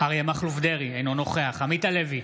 אריה מכלוף דרעי, אינו נוכח עמית הלוי,